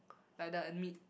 like the uh meat